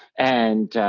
and,